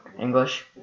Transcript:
English